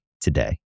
today